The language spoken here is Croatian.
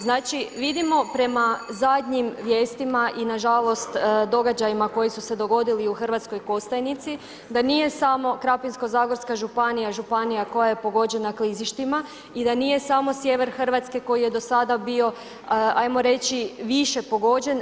Znači vidimo prema zadnjim vijestima i na žalost događajima koji su se dogodili u Hrvatskoj Kostajnici da nije samo Krapinsko-zagorska županija, županija koja je pogođena klizištima i da nije samo sjever Hrvatske koji je do sada bio hajmo reći više pogođen.